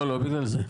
לא בגלל זה,